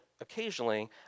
occasionally